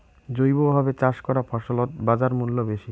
জৈবভাবে চাষ করা ফছলত বাজারমূল্য বেশি